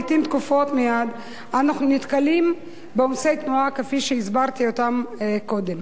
לעתים תכופות מאוד אנחנו נתקלים בעומסי תנועה כפי שהסברתי קודם.